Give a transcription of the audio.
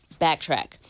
backtrack